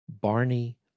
Barney